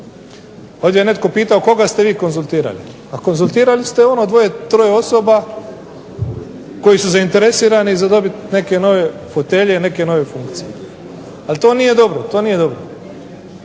Ovdje je netko pitao koga ste vi konzultirali, pa konzultirali ste ono dvoje, troje osoba koji su zainteresirani za dobit neke nove fotelje i neke nove funkcije ali to nije dobro.